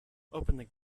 opened